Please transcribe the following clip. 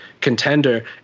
contender